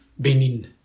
Benin